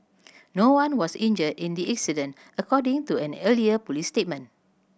no one was injured in the incident according to an earlier police statement